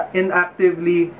inactively